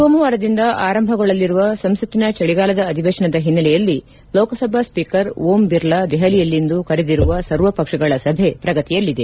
ಸೋಮವಾರದಿಂದ ಆರಂಭಗೊಳ್ಟಲಿರುವ ಸಂಸತ್ತಿನ ಚಳಿಗಾಲದ ಅಧಿವೇಶನದ ಹಿನ್ನೆಲೆಯಲ್ಲಿ ಲೋಕಸಭಾ ಸ್ವೀಕರ್ ಓಂ ಬಿರ್ಲಾ ದೆಹಲಿಯಲ್ಲಿಂದು ಕರೆದಿರುವ ಸರ್ವ ಪಕ್ಷಗಳ ಸಭೆ ಪ್ರಗತಿಯಲ್ಲಿದೆ